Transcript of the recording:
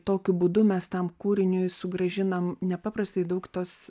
tokiu būdu mes tam kūriniui sugrąžinam nepaprastai daug tos